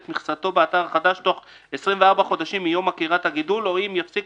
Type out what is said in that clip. כל מכסתו באתר החדש בתוך 24 חודשים מיום עקירת הגידול או אם יפסיק